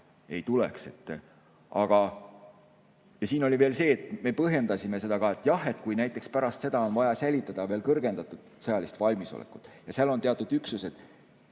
ei tuleks. Siin oli veel see, et me põhjendasime seda ka, et jah, kui näiteks pärast seda on vaja säilitada veel kõrgendatud sõjalist valmisolekut ja on teatud üksused,